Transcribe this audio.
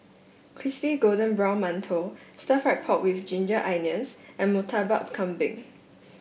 Crispy Golden Brown Mantou Stir Fried Pork with Ginger Onions and Murtabak Kambing